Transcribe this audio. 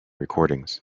recordings